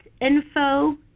info